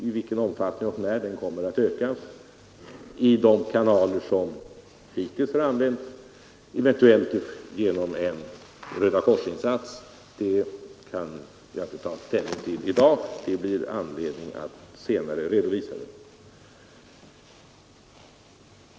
I vilken utsträckning och när den kommer att ökas genom de kanaler som hittills har använts, eventuellt genom en Röda kors-insats, kan jag inte ta ställning till i dag. Det blir anledning att senare redovisa det.